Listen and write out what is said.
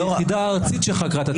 זה יחידה ארצית שחקרה את התיק הזה.